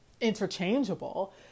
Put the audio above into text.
interchangeable